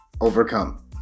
overcome